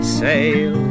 sail